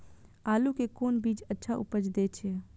आलू के कोन बीज अच्छा उपज दे छे?